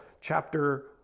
chapter